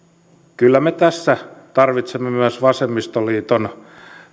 kyllä me tässä tarvitsemme myös vasemmistoliiton